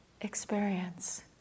experience